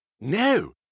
No